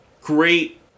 great